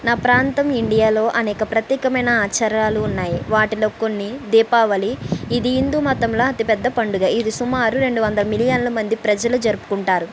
నా ప్రాంతం ఇండియాలో అనేక ప్రత్యేకమైన ఆచారాలు ఉన్నాయి వాటిలో కొన్ని దీపావళి ఇది హిందు మతంలో అతిపెద్ద పండుగ ఇది సుమారు రెండు వందల మిలియన్ల మంది ప్రజలు జరుపుకుంటారు